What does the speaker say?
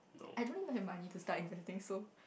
I don't even have money to start inventing so